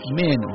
men